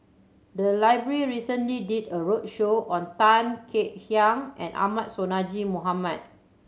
the library recently did a roadshow on Tan Kek Hiang and Ahmad Sonhadji Mohamad